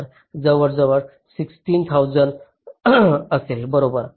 तर हे जवळजवळ 16000 असेल बरोबर